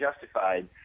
Justified